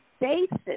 basis